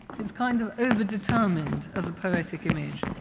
it's kind of over-determined as a poetic image,